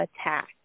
attack